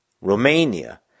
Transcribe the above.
Romania